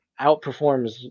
outperforms